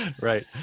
Right